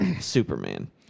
Superman